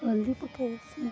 ହଳଦୀ ପକେଇ ଦେସି